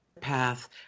path